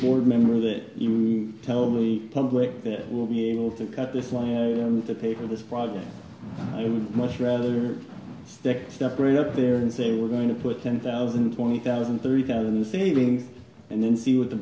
board member that you tell me public that will be able to cut this long to pay for this product i would much rather stick stepped right up there and say we're going to put ten thousand twenty thousand thirty thousand in the savings and then see what the